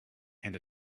and